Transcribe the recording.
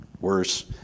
Worse